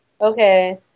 Okay